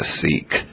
seek